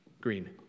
green